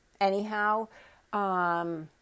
Anyhow